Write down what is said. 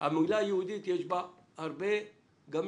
המילה יהודית, יש בה גם מגבלות,